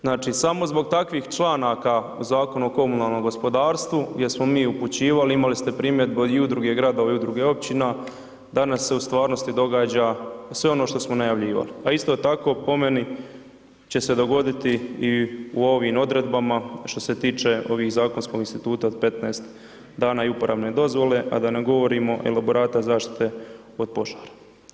Znači samo zbog takvih članaka u Zakonu o komunalnom gospodarstvu gdje smo mi upućivali, imali ste primjedbu i od Udruge Gradova i Udruge Općina, danas se u stvarnosti događa sve ono što smo najavljivali, a isto tako po meni će se dogoditi i u ovim odredbama što se tiče ovog zakonskog instituta od 15 dana i uporabne dozvole, a da ne govorimo elaborata zaštite od požara.